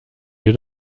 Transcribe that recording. wir